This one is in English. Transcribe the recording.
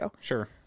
Sure